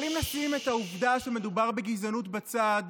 אבל אם נשים את העובדה שמדובר בגזענות בצד,